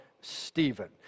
Stephen